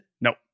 Nope